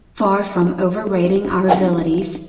far from overrating our abilities,